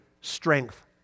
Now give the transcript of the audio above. strength